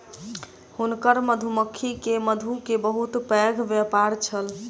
हुनकर मधुमक्खी के मधु के बहुत पैघ व्यापार छल